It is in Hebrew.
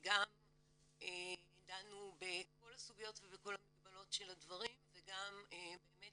גם דנו בכל הסוגיות ובכל המגבלות של הדברים וגם באמת